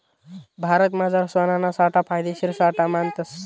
भारतमझार सोनाना साठा फायदेशीर साठा मानतस